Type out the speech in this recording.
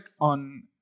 on